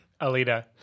Alita